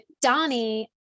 Donnie